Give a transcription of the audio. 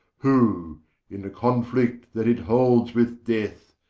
who in the conflict that it holds with death,